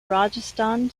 rajasthan